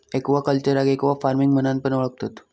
एक्वाकल्चरका एक्वाफार्मिंग म्हणान पण ओळखतत